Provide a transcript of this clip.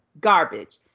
Garbage